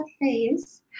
face